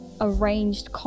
arranged